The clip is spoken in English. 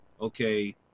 okay